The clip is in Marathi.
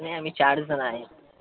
नाही आम्ही चारजण आहे